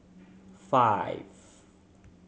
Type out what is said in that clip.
five